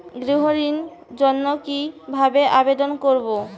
গৃহ ঋণ জন্য কি ভাবে আবেদন করব?